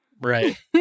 right